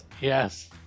Yes